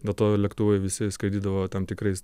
dėl to lėktuvai visi skraidydavo tam tikrais